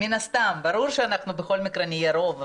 ברור שבכל מקרה נהיה הרוב,